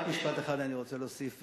רק משפט אחד אני רוצה להוסיף,